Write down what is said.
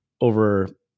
over